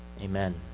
Amen